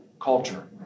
culture